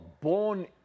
born